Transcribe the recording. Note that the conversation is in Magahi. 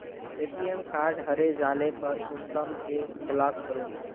ए.टी.एम कार्ड हरे जाले पर कुंसम के ब्लॉक करूम?